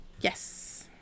Yes